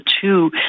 two